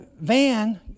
van